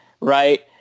Right